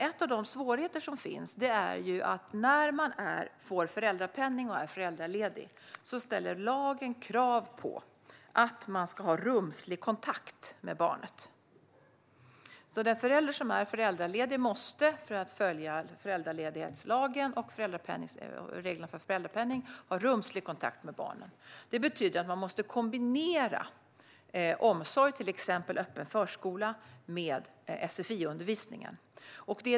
En av de svårigheter som finns är att när man får föräldrapenning och är föräldraledig ställer lagen krav på att man ska ha rumslig kontakt med barnet. Den förälder som är föräldraledig måste för att följa föräldraledighetslagen och reglerna för föräldrapenning ha rumslig kontakt med barnen. Det betyder att man måste kombinera omsorg, till exempel öppen förskola, med sfi-undervisningen.